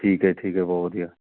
ਠੀਕ ਹੈ ਠੀਕ ਹੈ ਬਹੁਤ ਵਧੀਆ